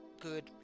good